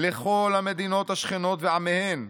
לכל המדינות השכנות ועמיהן,